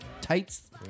Tights